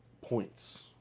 points